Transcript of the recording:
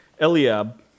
Eliab